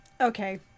okay